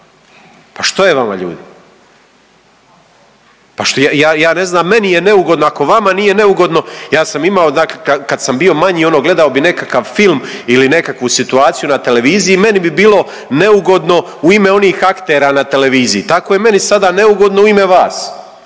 Pa što je vama ljudi? Pa ja ne znam meni je neugodno. Ako vama nije neugodno, ja sam imao dakle kad sam bio manji ono gledao bih nekakav film ili nekakvu situaciju na televiziji meni bi bilo neugodno u ime onih aktera na televiziji. Tako je meni sada neugodno u ime vas.